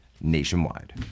nationwide